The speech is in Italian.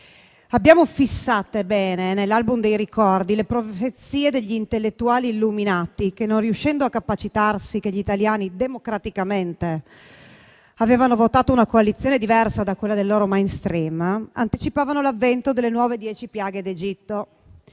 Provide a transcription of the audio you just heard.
abbiamo fissato bene, nell'album dei ricordi, le profezie degli intellettuali illuminati che, non riuscendo a capacitarsi che gli italiani democraticamente avevano votato una coalizione diversa da quella del loro *main stream*, anticipavano l'avvento delle nuove dieci piaghe d'Egitto: